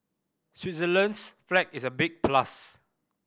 Switzerland's flag is a big plus